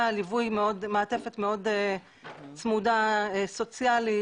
יש מעטפת סוציאלית צמודה מאוד.